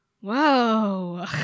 whoa